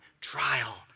trial